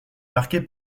marquée